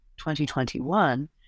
2021